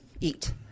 eat